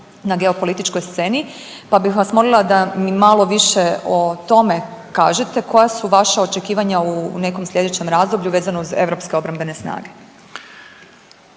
na geopolitičkoj sceni, pa bih vas molila da mi malo više o tome kažete, koja su vaša očekivanja u nekom slijedećem razdoblju vezano uz europske obrambene snage.